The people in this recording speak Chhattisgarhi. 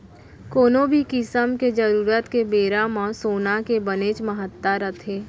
कोनो भी किसम के जरूरत के बेरा म सोन के बनेच महत्ता रथे